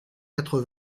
quatre